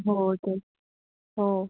हो तेच हो